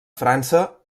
frança